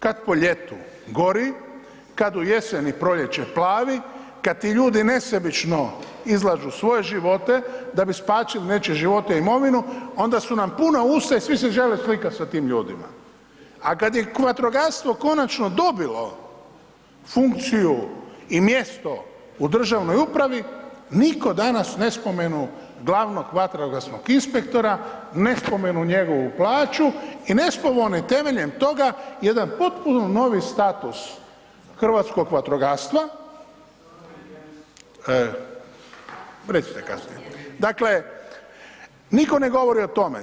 Kad po ljetu gori, kad u jesen i proljeće plavi, kad ti ljudi nesebično izlažu svoje živote da bi spasili nečije živote i imovinu onda su nam puna usta i svi se žele slikat sa tim ljudima, a kad je vatrogastvo konačno dobilo funkciju i mjesto u državnoj upravi nitko danas ne spomenu glavnog vatrogasnog inspektora, ne spomenu njegovu plaću i ne spomenu temeljem toga jedan potpuno novi status hrvatskog vatrogastva, recite kasnije, dakle nitko ne govori o tome.